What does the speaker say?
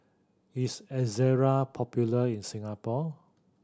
is Ezerra popular in Singapore